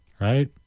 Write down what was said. right